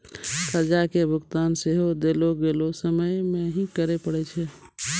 कर्जा के भुगतान सेहो देलो गेलो समय मे ही करे पड़ै छै